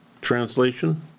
Translation